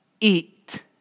eat